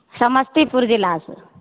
Samastipur जिलासॅं